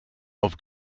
auf